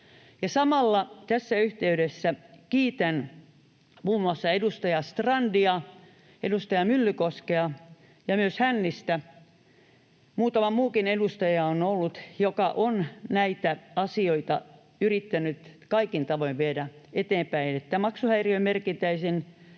Samalla tässä yhteydessä kiitän muun muassa edustaja Strandia, edustaja Myllykoskea ja myös Hännistä. Ja on ollut muutama muukin edustaja, joka on näitä asioita yrittänyt kaikin tavoin viedä eteenpäin, niin että maksuhäiriömerkintäisen